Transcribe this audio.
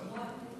ברור.